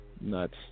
Nuts